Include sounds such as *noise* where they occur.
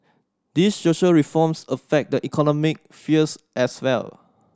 these social reforms affect the economic *unintelligible* as well